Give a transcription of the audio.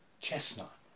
Chestnut